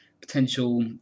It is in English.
potential